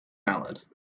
ballad